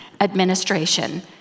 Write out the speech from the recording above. administration